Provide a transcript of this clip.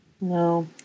No